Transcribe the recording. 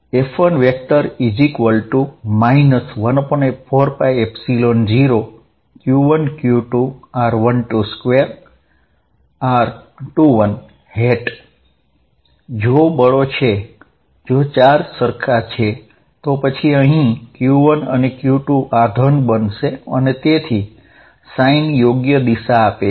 F1 14π0q1q2r12 2 r21 જો ચાર્જ એકસરખા હોય તો પછી અહીં q1 અને q2 આ ધન બનશે અને તેથી સાઇન યોગ્ય દિશા આપે છે